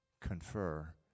confer